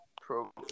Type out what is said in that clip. Pro